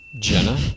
Jenna